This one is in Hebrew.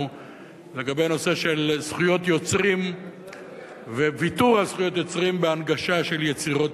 לגבי נושא זכויות יוצרים וויתור על זכויות יוצרים בהנגשה של יצירות